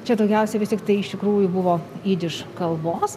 čia daugiausiai vis tiktai iš tikrųjų buvo jidiš kalbos